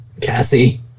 Cassie